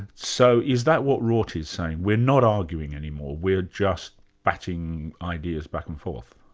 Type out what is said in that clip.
so is that what rorty's saying? we're not arguing any more, we're just batting ideas back and forth.